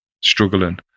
struggling